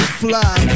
fly